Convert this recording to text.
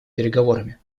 переговорами